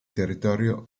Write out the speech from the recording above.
territorio